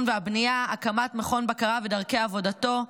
והבנייה (הקמת מכון בקרה ודרכי עבודתו),